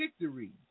victory